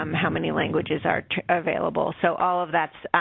um how many languages are available. so, all of that's